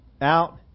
Out